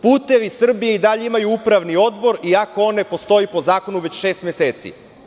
Putevi Srbije" i dalje imaju upravni odbor, iako on ne postoji po zakonu već šest meseci.